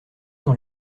dans